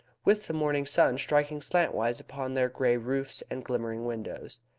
with the morning sun striking slantwise upon their grey roofs and glimmering windows.